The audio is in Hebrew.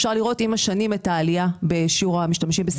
ואפשר לראות עם השנים את העלייה בשיעור המשתמשים בסיגריות אלקטרוניות.